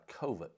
COVID